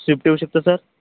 Swift देऊ शकतो sir